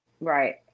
Right